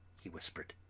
he whispered,